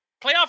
Playoff